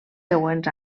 següents